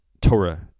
Torah